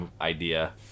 idea